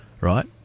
Right